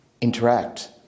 interact